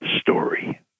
Story